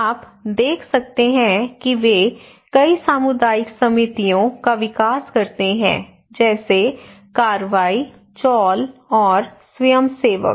आप देख सकते हैं कि वे कई सामुदायिक समितियों का विकास करते हैं जैसे कार्रवाई चॉल और स्वयंसेवक